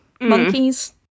monkeys